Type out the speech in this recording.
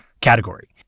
category